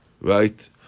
right